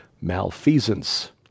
malfeasance